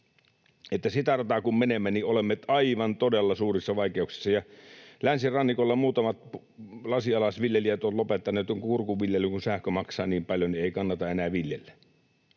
sitä rataa kun menemme, niin olemme aivan todella suurissa vaikeuksissa. Ja länsirannikolla muutamat lasinalaisviljelijät ovat lopettaneet kurkun viljelyn, kun sähkö maksaa niin paljon, niin ei kannata enää viljellä.